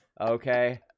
Okay